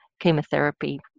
chemotherapy